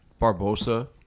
Barbosa